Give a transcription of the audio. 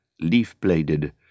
leaf-bladed